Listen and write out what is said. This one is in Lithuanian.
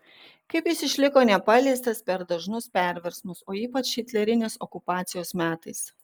kaip jis išliko nepaliestas per dažnus perversmus o ypač hitlerinės okupacijos metais